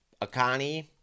Akani